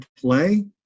play